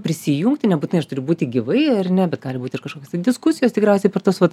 prisijungti nebūtinai aš turiu būti gyvai ar ne bet gali būt ir kažkokios tai diskusijos tikriausiai per tuos vat